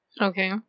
Okay